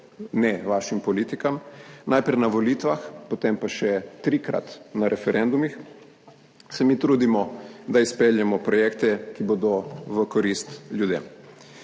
ne vašim politikam, najprej na volitvah, potem pa še trikrat na referendumih, se mi trudimo, da izpeljemo projekte, ki bodo v korist ljudem.